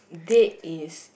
date is